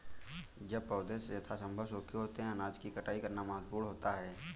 जब पौधे यथासंभव सूखे होते हैं अनाज की कटाई करना महत्वपूर्ण होता है